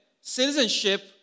citizenship